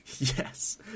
yes